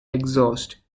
exhaust